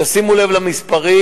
תשימו לב למספרים.